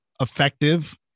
effective